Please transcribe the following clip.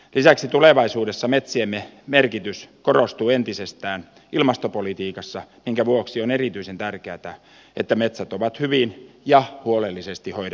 lisäksi tulevaisuudessa metsiemme merkitys korostuu entisestään ilmastopolitiikassa minkä vuoksi on erityisen tärkeätä että metsät ovat hyvin ja huolellisesti hoidettuja